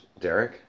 Derek